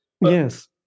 Yes